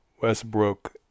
westbrook